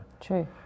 True